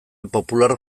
popular